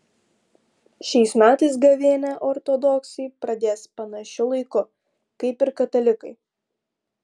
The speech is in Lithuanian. šiais metais gavėnią ortodoksai pradės panašiu laiku kaip ir katalikai